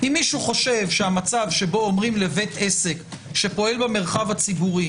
אם מישהו חושב שהמצב שבו אומרים לבית עסק שפועל במרחב הציבורי: